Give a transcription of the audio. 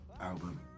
album